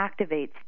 activates